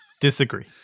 Disagree